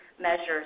measures